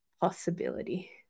possibility